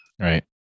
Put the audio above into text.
Right